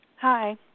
Hi